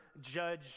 judge